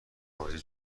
بازی